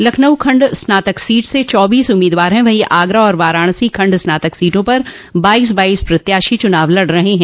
लखनऊ खंड स्नातक सीट से चौबीस उम्मीदवार है वहीं आगरा और वाराणसी खंड स्नातक सीटों पर बाईस बाईस प्रत्याशी चुनाव लड़ रहे हैं